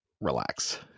relax